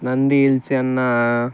Nandi ಇಲ್ಸನ್ನ